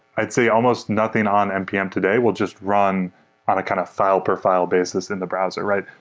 i'd say almost nothing on npm today will just run on a kind of file per file basis in the browser, right?